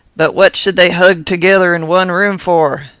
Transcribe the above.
but what should they hug together in one room for?